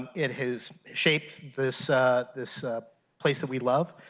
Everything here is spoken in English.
it has shaped this this place that we love,